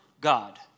God